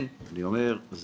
סליחה, דודי, בבקשה.